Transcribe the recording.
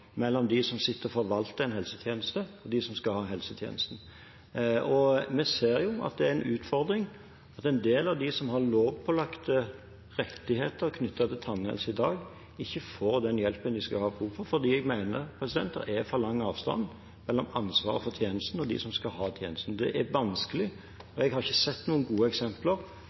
mellom de som forvalter og de som skal ha helsetjenesten. Og vi ser jo at det er en utfordring at en del av de som har lovpålagte rettigheter knyttet til tannhelse i dag, ikke får den hjelpen de har behov for. Jeg mener det er for lang avstand mellom ansvaret for tjenesten og de som skal ha den. Det er vanskelig, og jeg har ikke sett noen gode eksempler